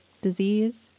disease